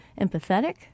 empathetic